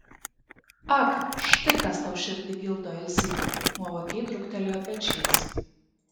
ak štai kas tau širdį gildo elzyt nuovokiai trūktelėjo pečiais